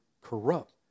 corrupt